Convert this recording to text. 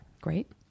Great